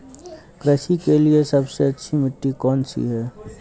कृषि के लिए सबसे अच्छी मिट्टी कौन सी है?